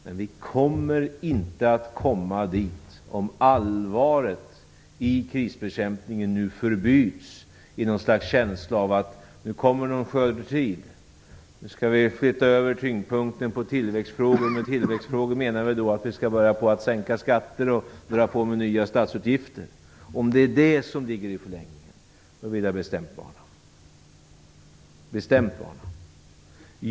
Men vi kommer inte att komma dit om allvaret i krisbekämpningen nu förbyts i någon slags känsla av att det nu kommer en skördetid, att vi nu skall flytta över tyngdpunkten på tillväxtfrågor. Med tillväxtfrågor menar vi då att vi skall börja sänka skatter och dra på med nya statsutgifter. Om det är det som ligger i förlängningen, då vill jag bestämt varna.